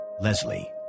Leslie